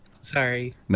sorry